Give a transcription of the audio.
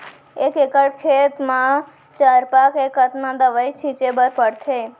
एक एकड़ खेत म चरपा के कतना दवई छिंचे बर पड़थे?